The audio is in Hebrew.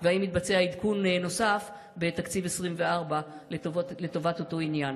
והאם התבצע עדכון נוסף בתקציב 2024 לטובת אותו עניין?